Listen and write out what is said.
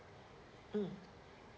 mm